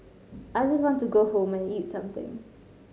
I just want to go home and eat something